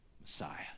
Messiah